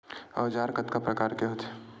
औजार कतना प्रकार के होथे?